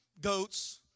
goats